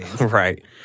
right